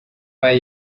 way